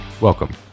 Welcome